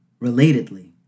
Relatedly